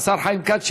השר חיים כץ,